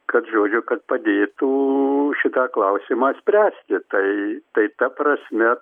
kad žodžiu kad padėtų šitą klausimą spręsti tai tai ta prasme